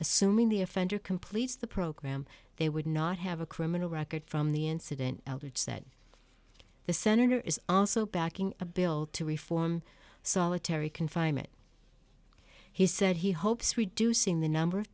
assuming the offender completes the program they would not have a criminal record from the incident eldred's that the senator is also backing a bill to reform solitary confinement he said he hopes reducing the number of